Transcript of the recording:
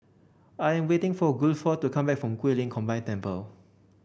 I'm waiting for Guilford to come back from Guilin Combined Temple